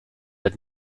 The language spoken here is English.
had